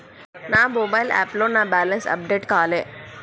నా మొబైల్ యాప్లో నా బ్యాలెన్స్ అప్డేట్ కాలే